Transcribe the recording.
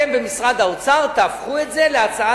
האם אתם במשרד האוצר תהפכו את זה להצעה